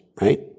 right